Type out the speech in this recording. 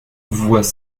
voient